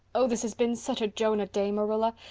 oh, this has been such a jonah day, marilla.